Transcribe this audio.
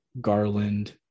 Garland